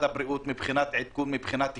הבריאות מבחינת עדכון ומבחינת כתובות.